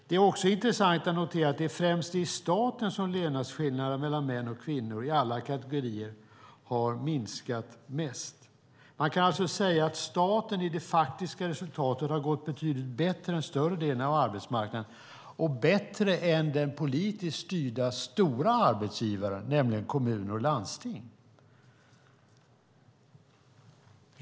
Det är också intressant att notera att det är främst inom staten som löneskillnaderna mellan män och kvinnor i alla kategorier har minskat mest. Man kan alltså säga att staten i det faktiska resultatet har gått betydligt bättre än större delen av arbetsmarknaden och bättre än den politiskt styrda stora arbetsgivaren, nämligen kommuner och landsting.